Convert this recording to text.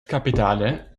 capitale